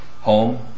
home